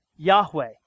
Yahweh